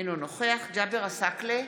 אינו נוכח ג'אבר עסאקלה,